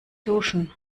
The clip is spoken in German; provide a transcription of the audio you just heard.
duschen